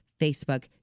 facebook